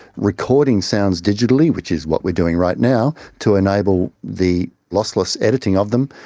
recording sounds digitally, which is what we are doing right now, to enable the lossless editing of them.